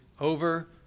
over